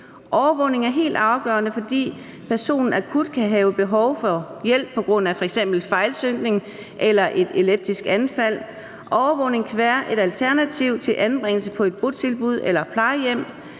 Overvågning er helt afgørende, fordi personen akut kan have behov for hjælp på grund af f.eks. fejlsynkning eller et epileptisk anfald. Overvågningen kan være et alternativ til anbringelse på et botilbud eller plejehjem.